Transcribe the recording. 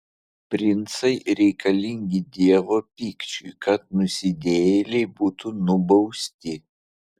princai reikalingi dievo pykčiui kad nusidėjėliai būtų nubausti